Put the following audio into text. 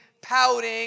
pouting